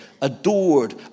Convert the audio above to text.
adored